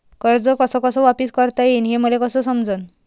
कर्ज कस कस वापिस करता येईन, हे मले कस समजनं?